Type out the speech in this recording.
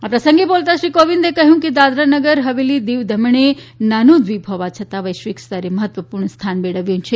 આ પ્રસંગે બોલતા શ્રી કોવિંદે કહ્યું કે દાદરાનગર હવેલી દીવ દમણ નાનો દ્વીપ હોવા છતાં વૈશ્વિક સ્તરે મહત્વપૂર્ણ સ્થાન મેળવ્યું છે